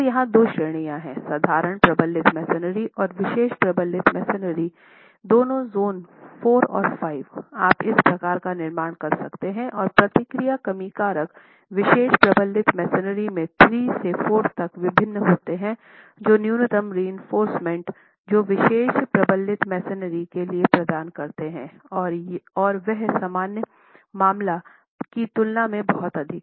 तो यहां दो श्रेणियां हैं साधारण प्रबलित मैसनरी और विशेष प्रबलित मैसनरी दोनों ज़ोन IV और V आप इस प्रकार का निर्माण कर सकते हैं और प्रतिक्रिया कमी कारक विशेष प्रबलित मैसनरी में III से IV तक भिन्न होता है वो न्यूनतम रएंफोर्रसमेंट जो विशेष प्रबलित मैसनरी के लिए प्रदान करते हैं और वह सामान्य मामले की तुलना में बहुत अधिक हैं